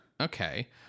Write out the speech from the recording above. Okay